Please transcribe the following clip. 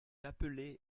appeler